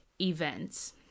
events